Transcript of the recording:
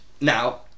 now